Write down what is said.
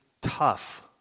tough